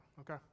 okay